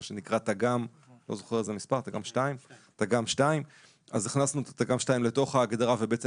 מה שנקרא תג"ם 2. הכנסנו את תג"ם 2 לתוך ההגדרה ובעצם